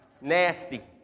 Nasty